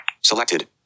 Selected